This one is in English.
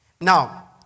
Now